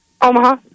Omaha